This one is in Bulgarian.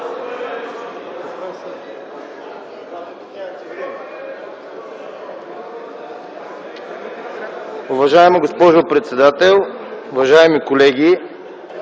Уважаема госпожо председател, уважаеми дами